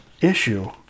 issue